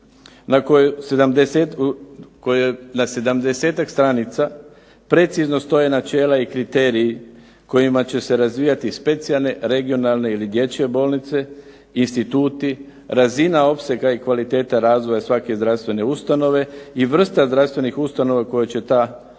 na 70-ak stranica precizno stoje načela i kriteriji kojima će se razvijati specijalne, regionalne ili dječje bolnice, instituti, razina opsega i kvaliteta razvoja svake zdravstvene ustanove i vrsta znanstvenih usluga koju će ta ustanova